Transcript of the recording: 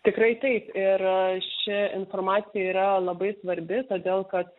tikrai taip ir ši informacija yra labai svarbi todėl kad